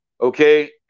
okay